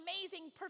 amazing